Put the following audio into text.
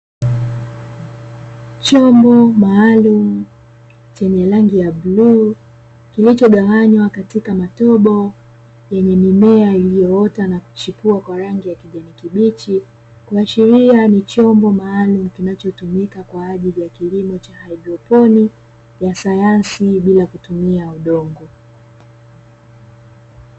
Chombo maalumu chenye rangi ya bluu, kilichogawanywa katika matobo yenye mimea iliyoota, na kuchipua kwa rangi ya kijani kibichi kuashiria ni chombo maalumu kinachotumika kwa ajili ya kilimo cha haidroponi ya sayansi bila kutumia udongo.